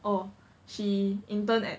oh she intern at